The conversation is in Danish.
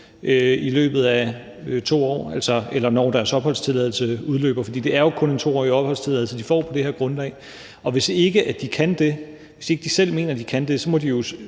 i løbet af 2 år, eller når deres opholdstilladelse udløber, for det er jo kun en 2-årig opholdstilladelse, de får på det her grundlag. Hvis de ikke selv mener, at de kan det, må de jo